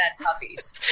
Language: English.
puppies